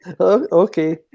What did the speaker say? Okay